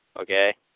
okay